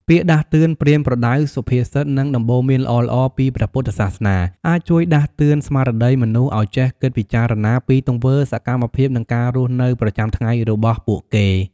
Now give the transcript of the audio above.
ពាក្យដាស់តឿន ប្រៀនប្រដៅ សុភាសិត និងដំបូន្មានល្អៗពីព្រះពុទ្ធសាសនា អាចជួយដាស់តឿនស្មារតីមនុស្សឱ្យចេះគិតពិចារណាពីទង្វើ សកម្មភាព និងការរស់នៅប្រចាំថ្ងៃរបស់ពួកគេ។